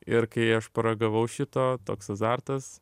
ir kai aš paragavau šito toks azartas